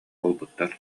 буолбуттар